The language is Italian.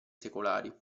secolari